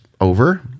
over